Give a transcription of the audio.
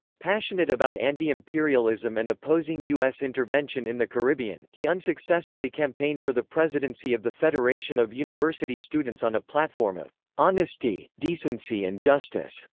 passionate about anti-imperialism and opposing u s. intervention in the caribbean, he unsuccessfully campaigned for the presidency of the federation of university students on a platform of honesty, decency and justice.